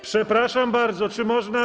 Przepraszam bardzo, czy można.